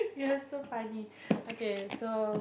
ya so funny okay so